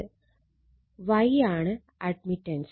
Y ആണ് admittance